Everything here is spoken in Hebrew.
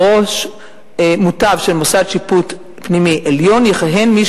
"בראש מותב של מוסד שיפוט פנימי עליון יכהן מי